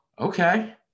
okay